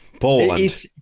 Poland